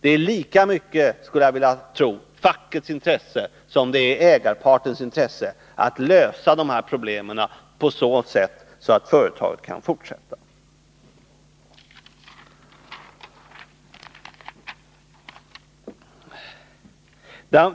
Det är lika mycket, skulle jag vilja tro, i fackets intresse som det är i ägarpartens intresse att lösa dessa problem på ett sådant sätt att företaget kan fortsätta.